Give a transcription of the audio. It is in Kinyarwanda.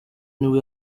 nibwo